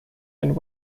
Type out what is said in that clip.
and